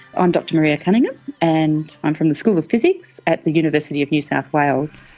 i'm dr maria cunningham and i'm from the school of physics at the university of new south wales.